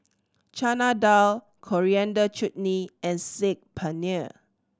Chana Dal Coriander Chutney and Saag Paneer